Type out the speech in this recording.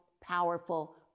powerful